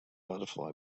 butterfly